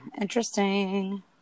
Interesting